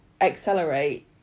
accelerate